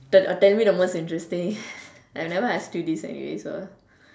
tell tell me the most interesting I never ask you this anyway so